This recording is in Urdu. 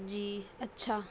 جی اچھا